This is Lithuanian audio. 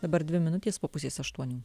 dabar dvi minutės po pusės aštuonių